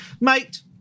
Mate